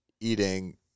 eating